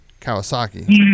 Kawasaki